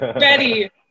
ready